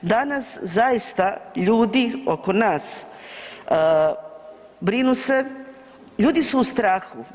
Danas zaista ljudi oko nas, brinu se, ljudi su u strahu.